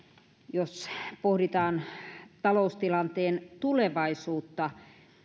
jos pohditaan taloustilanteen tulevaisuutta